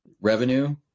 revenue